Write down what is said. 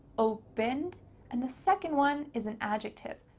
opened and the second one is an adjective.